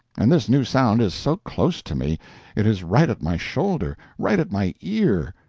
and this new sound is so close to me it is right at my shoulder, right at my ear,